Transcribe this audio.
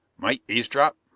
might eavesdrop?